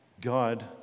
God